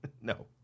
No